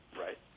Right